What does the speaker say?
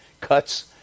cuts